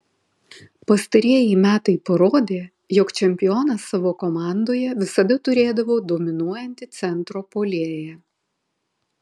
pastarieji metai parodė jog čempionas savo komandoje visada turėdavo dominuojantį centro puolėją